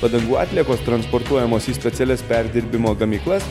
padangų atliekos transportuojamos į specialias perdirbimo gamyklas